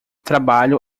trabalho